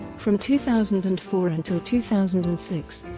from two thousand and four until two thousand and six,